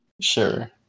sure